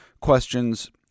questions